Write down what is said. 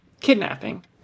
Kidnapping